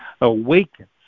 awakens